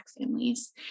families